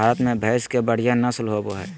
भारत में भैंस के बढ़िया नस्ल होबो हइ